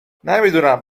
نمیدونم